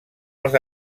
els